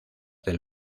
del